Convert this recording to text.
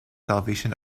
salvation